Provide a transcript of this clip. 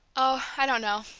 oh, i don't know,